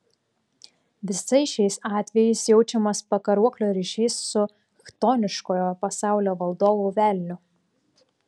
visais šiais atvejais jaučiamas pakaruoklio ryšys su chtoniškojo pasaulio valdovu velniu